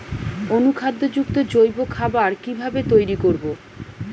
অনুখাদ্য যুক্ত জৈব খাবার কিভাবে তৈরি করব?